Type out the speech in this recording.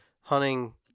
hunting